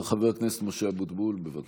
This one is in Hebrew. חבר הכנסת משה אבוטבול, בבקשה.